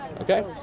Okay